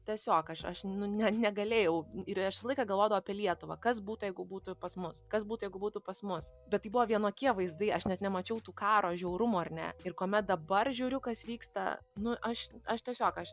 tiesiog aš aš ne negalėjau ir aš visą laiką galvodavau apie lietuvą kas būtų jeigu būtų pas mus kas būtų jeigu būtų pas mus bet tai buvo vienokie vaizdai aš net nemačiau tų karo žiaurumų ar ne ir kuomet dabar žiūriu kas vyksta nu aš aš tiesiog aš